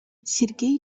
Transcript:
сергей